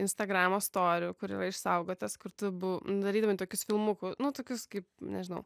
instagramo storių kur yra išsaugotas kur tu bu darydavai tokius filmukų nu tokius kaip nežinau